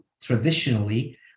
traditionally